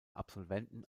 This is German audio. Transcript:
absolventen